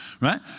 Right